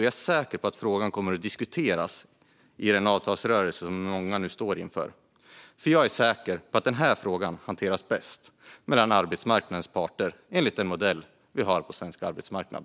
Jag är säker på att frågan kommer att diskuteras i den avtalsrörelse som många nu står inför, och jag är säker på att frågan hanteras bäst mellan arbetsmarknadens parter enligt den modell som vi har på svensk arbetsmarknad.